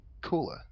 cooler